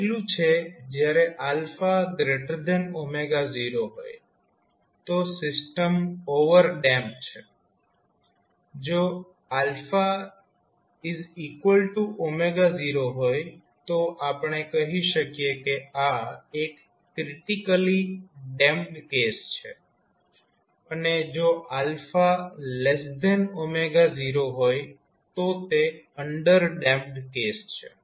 પહેલું છે જ્યારે 0 હોય તો સિસ્ટમ ઓવરડેમ્પ છે જો 0 હોય તો આપણે કહી શકીએ કે આ એક ક્રિટીકલી ડેમ્પ્ડ કેસ છે અને જો 0 હોય તો તે અંડરડેમ્પેડ કેસ છે